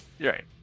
Right